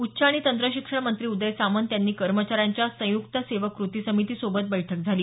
उच्च आणि तंत्रशिक्षण मंत्री उदय सामंत यांनी कर्मचाऱ्यांच्या संयुक्त सेवक कृती समितीसोबत बैठक झाली